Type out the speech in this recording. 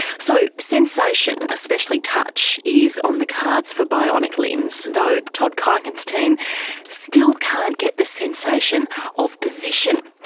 so sensation, especially touch, is on the cards for bionic limbs, though todd kuiken's team still can't get the sensation of position,